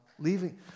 leaving